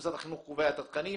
משרד החינוך קובע את התכנים.